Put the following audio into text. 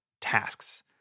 tasks